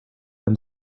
and